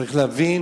צריך להבין